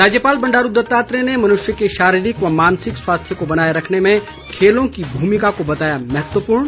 राज्यपाल बंडारू दत्तात्रेय ने मनुष्य के शारीरिक व मानसिक स्वास्थ्य को बनाए रखने में खेलों की भूमिका को बताया महत्वपूर्ण